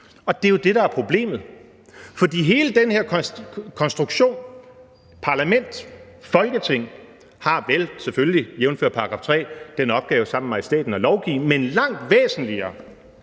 ud. Det er jo det, der er problemet, for hele den her konstruktion – parlament, Folketing – har selvfølgelig, jævnfør § 3, den opgave sammen med majestæten at lovgive, men som noget langt væsentligere